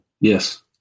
Yes